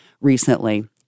recently